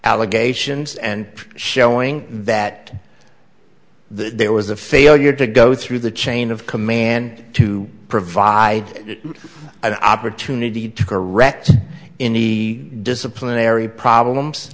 allegations and showing that there was a failure to go through the chain of command to provide it i prefer to need to correct in the disciplinary problems